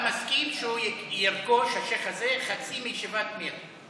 מסכים שהוא ירכוש, השייח' הזה, חצי מישיבת מיר?